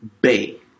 Bay